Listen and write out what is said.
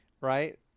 Right